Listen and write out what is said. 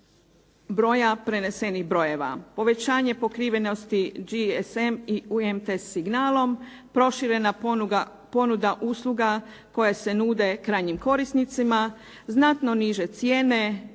broja prenesenih brojeva, povećanje pokrivenosti GSM i UMT signalom, proširena ponuda usluga koje se nude krajnjim korisnicima, znatno niže cijene,